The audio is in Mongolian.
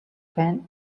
байна